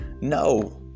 no